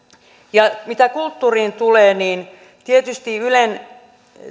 ja mitä kulttuuriin tulee niin tietysti ylen